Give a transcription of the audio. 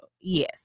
Yes